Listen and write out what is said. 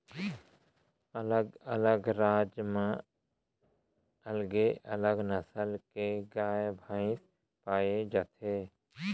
अलग अलग राज म अलगे अलग नसल के गाय भईंस पाए जाथे